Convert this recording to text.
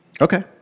Okay